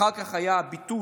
אחר כך היה ביטול